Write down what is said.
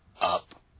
up